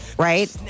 Right